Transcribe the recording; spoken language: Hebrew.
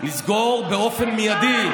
נסגור באופן מיידי,